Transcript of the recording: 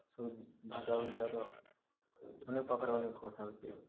ସେ ଭାଷା ଓଡ଼ିଶାର ଅନେକ୍ ପାଖରେ ଅନେକ୍ କଥା ହଉଚୁ